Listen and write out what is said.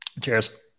Cheers